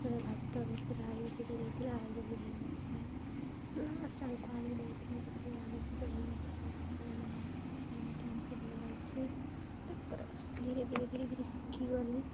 ତା'ପରେ ଭାତ ଭିତରେ ଆଳୁ ସିଝେଇ ଦେଇଥିଲା ଆଳୁ ବି ହେଇନଥିଲା ଲାଷ୍ଟ୍ ଆଡ଼କୁ ଆଳୁ ଦେଇଥିଲି ସେତେବେଳେ ଆଳୁ ସିଜା ହେଇନଥିଲା ତା'ପରେ ମୋ ମା କହିଥିଲା ଏମିତି ଏମିତି ଦେବାର ଅଛି ତା'ପରେ ଧୀରେ ଧୀରେ ଧୀରେ ଧୀରେ ଶିଖିଗଲି